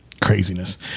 craziness